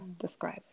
describe